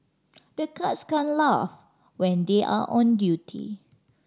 the guards can't laugh when they are on duty